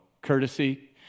courtesy